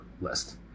list